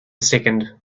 second